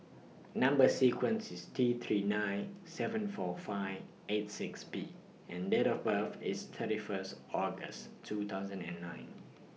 Number sequence IS T three nine seven four five eight six B and Date of birth IS thirty First August two thousand and nine